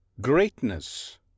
Greatness